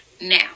Now